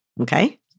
Okay